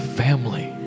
family